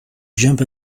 jump